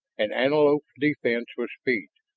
an antelope's defense was speed,